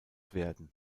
werden